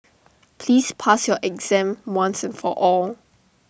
please pass your exam once and for all